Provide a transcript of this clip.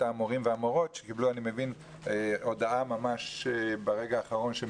המורים והמורות שאני מבין שקיבלו הודעה ממש ברגע האחרון שהם